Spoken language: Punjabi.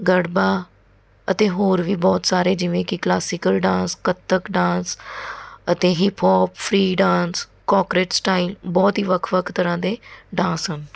ਗੜਬਾ ਅਤੇ ਹੋਰ ਵੀ ਬਹੁਤ ਸਾਰੇ ਜਿਵੇਂ ਕਿ ਕਲਾਸੀਕਲ ਡਾਂਸ ਕੱਥਕ ਡਾਂਸ ਅਤੇ hip hop free dance cockroach style ਬਹੁਤ ਹੀ ਵੱਖ ਵੱਖ ਤਰ੍ਹਾਂ ਦੇ ਡਾਂਸ ਹਨ